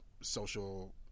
social